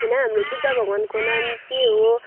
होइन हाम्रो बुद्ध भगवानको नाम चाहिँ हो